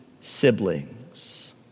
siblings